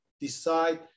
decide